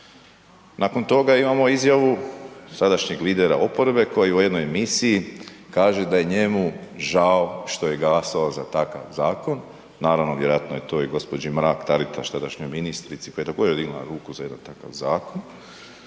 Nakon toga imamo izjavu sadašnjeg lidera oporbe koji je u jednoj emisiji kaže da je njemu žao što je glasovao za takav zakon. Naravno, vjerojatno je i gđi. Mrak Taritaš, tadašnjoj ministrici koja je također dignula ruku za jedan takav zakon